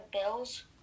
Bills